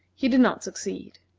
he did not succeed.